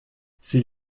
sie